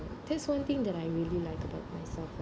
that's one thing that I really like about myself